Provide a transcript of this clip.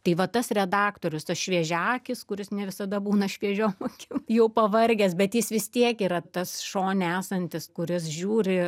tai va tas redaktorius tas šviežiaakis kuris ne visada būna šviežiom akim jau pavargęs bet jis vis tiek yra tas šone esantis kuris žiūri